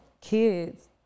kids